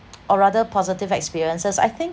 or rather positive experiences I think